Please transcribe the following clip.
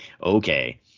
okay